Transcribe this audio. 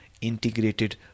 integrated